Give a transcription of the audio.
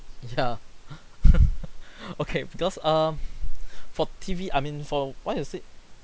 yeah okay because um for T_V I mean from what you said